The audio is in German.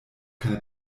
keine